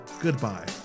Goodbye